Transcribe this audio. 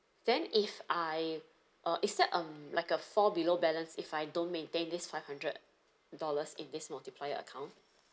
then if I uh is there um like a fall below balance if I don't maintain this five hundred dollars in this multiplier account